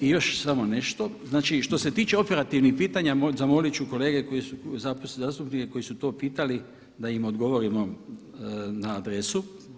I još sam nešto, znači što se tiče operativnih pitanja zamoliti ću kolege koji su, zastupnike koji su to pitali da im odgovorimo na adresu.